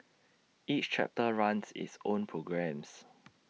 each chapter runs its own programmes